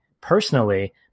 personally